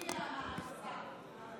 אדוני השר.